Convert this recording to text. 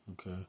okay